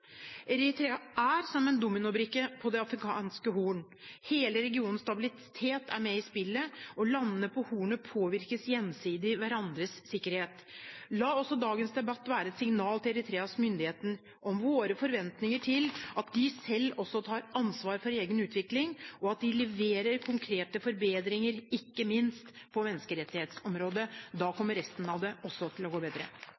Eritrea er som en dominobrikke på det afrikanske horn. Hele regionens stabilitet er med i spillet, og landene på hornet påvirker gjensidig hverandres sikkerhet. La også dagens debatt være et signal til Eritreas myndigheter om våre forventninger til at de selv også tar ansvar for egen utvikling, og at de leverer konkrete forbedringer, ikke minst på menneskerettighetsområdet. Da kommer også resten av det til å gå bedre.